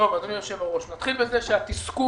נתחיל בזה שהתסכול